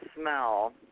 smell